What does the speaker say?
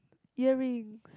earring